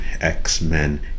X-Men